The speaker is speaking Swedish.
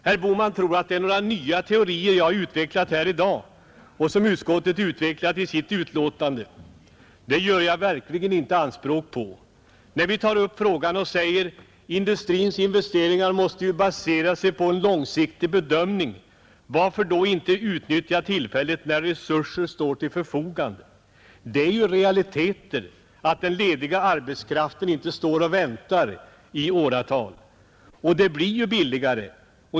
Herr Bohman tror att det är några nya teorier jag har utvecklat här i dag och som utskottet utvecklat i sitt betänkande. Det gör jag verkligen inte anspråk på! När vi tar upp frågan och säger att industrins investeringar måste basera sig på en långsiktig bedömning, varför då inte utnyttja tillfället, när resurser står till förfogande? Det är ju realiteter att den lediga arbetskraften inte väntar i åratal och att det blir billigare.